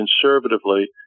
conservatively